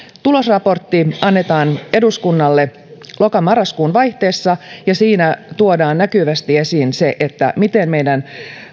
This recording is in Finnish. tulosraportti annetaan eduskunnalle loka marraskuun vaihteessa ja siinä tuodaan näkyvästi esiin se miten meidän